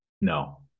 No